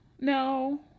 no